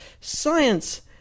Science